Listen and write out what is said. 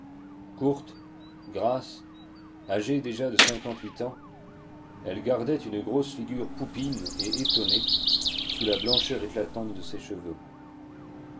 courte grasse âgée déjà de cinquante-huit ans elle gardait une grosse figure poupine et étonnée sous la blancheur éclatante de ses cheveux